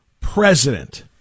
president